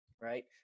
right